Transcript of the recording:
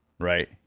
Right